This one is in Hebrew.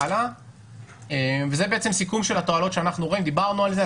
פה יש סיכום של התועלות שאנחנו רואים דיברנו על זה.